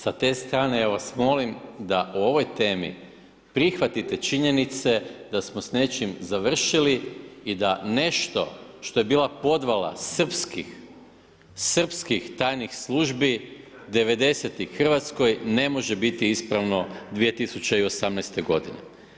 S te strane ja vas molim da o ovoj temi prihvatite činjenice da smo s nečim završili i da nešto što je bila podvala srpskih, srpskih tajnih službi '90.-tih u Hrvatskoj ne može biti ispravno u 2018. godini.